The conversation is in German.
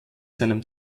seinem